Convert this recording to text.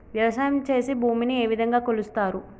వ్యవసాయం చేసి భూమిని ఏ విధంగా కొలుస్తారు?